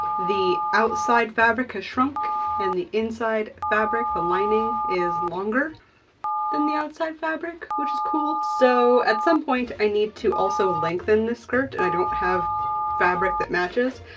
the outside fabric has shrunk and the inside fabric, the lining, is longer than the outside fabric, which is cool. so, at some point, i need to also lengthen the skirt, and i don't have fabric that matches,